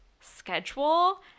schedule